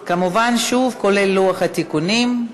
כמובן, שוב כולל לוח התיקונים.